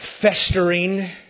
festering